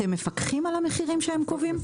אתם מפקחים על המחירים שהם קובעים?